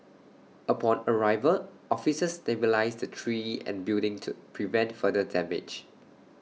upon arrival officers stabilised the tree and building to prevent further damage